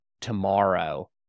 tomorrow